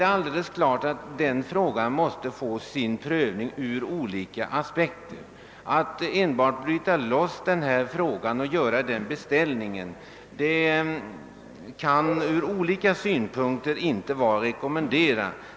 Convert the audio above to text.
Det är alldeles klart att denna fråga måste bli prövad ur olika aspekter. Att bryta loss enbart den och göra den föreslagna beställningen kan från flera synpunkter inte vara att rekommendera.